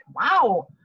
wow